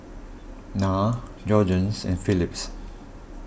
Nan Jergens and Philips